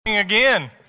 Again